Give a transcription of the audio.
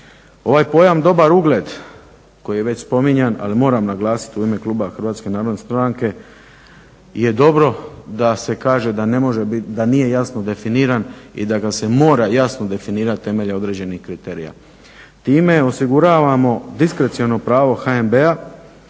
Ovaj pojam dobar ugled koji je već spominjan ali moram naglasit u ime kluba Hrvatske narodne stranke je dobro da se kaže da ne može bit, da nije jasno definiran i da ga se mora jasno definirat temeljem određenih kriterija. Time osiguravamo diskreciono pravo HNB-a